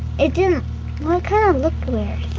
it didn't. like ah it looked weird.